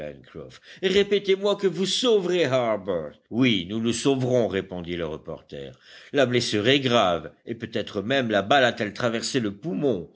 répétez-moi que vous sauverez harbert oui nous le sauverons répondit le reporter la blessure est grave et peut-être même la balle a-t-elle traversé le poumon